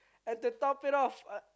and to top it off